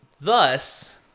Thus